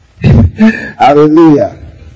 Hallelujah